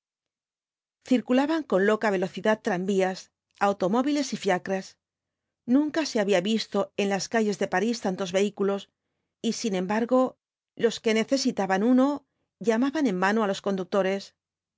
circulaban con loca velocidad tranvías automóviles y fiacres nunca se había visto en las calles de parís tantos vehículos y sin embargo los que necesitaban uno llamaban en vano á los conductores